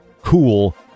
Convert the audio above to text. cool